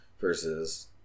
versus